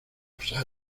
los